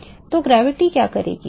तो गुरुत्वाकर्षण क्या करेगा